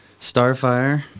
Starfire